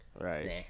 Right